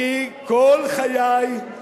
אני כל חיי,